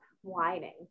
whining